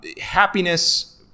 happiness